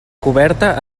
coberta